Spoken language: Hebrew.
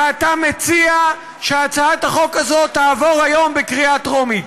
ואתה מציע שהצעת החוק הזאת תעבור היום בקריאה טרומית.